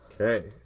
Okay